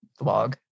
blog